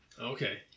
Okay